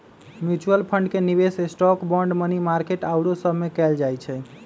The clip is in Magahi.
म्यूच्यूअल फंड के निवेश स्टॉक, बांड, मनी मार्केट आउरो सभमें कएल जाइ छइ